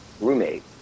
roommate